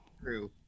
True